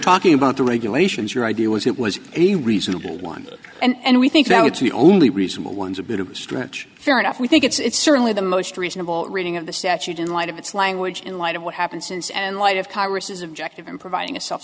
talking about the regulations your idea was it was a reasonable one and we think that it's the only reasonable ones a bit of a stretch fair enough we think it's certainly the most reasonable reading of the statute in light of its language in light of what happened since and light of congress's objective in providing a self